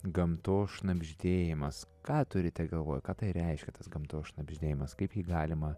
gamtos šnabždėjimas ką turite galvoj kad tai reiškia tas gamtos šnabždėjimas kaip jį galima